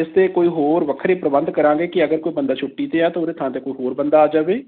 ਇਸ 'ਤੇ ਕੋਈ ਹੋਰ ਵੱਖਰੇ ਪ੍ਰਬੰਧ ਕਰਾਂਗੇ ਕਿ ਅਗਰ ਕੋਈ ਬੰਦਾ ਛੁੱਟੀ 'ਤੇ ਆ ਤਾਂ ਉਹਦੇ ਥਾਂ 'ਤੇ ਕੋਈ ਹੋਰ ਬੰਦਾ ਆ ਜਾਵੇ